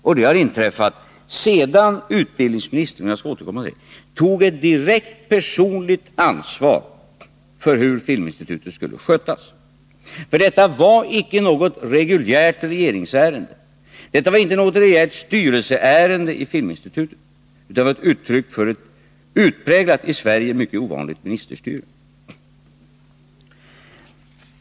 Och det har inträffat sedan utbildningsministern tog ett direkt personligt ansvar för hur Filminstitutet skulle skötas. Detta var icke något reguljärt regeringsärende, detta var icke något reguljärt styrelseärende i Filminstitutet, utan ett uttryck för ett utpräglat, i Sverige mycket ovanligt ministerstyre.